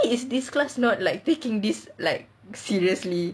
why is this class not like taking it seriously